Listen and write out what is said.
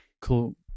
Cool